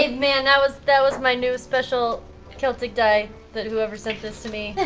ah man, that was that was my new special celtic die that whoever sent to me.